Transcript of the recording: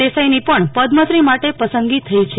દેસાઈની પણ પદ્મશ્રી માટે પસંદગી થઈ છે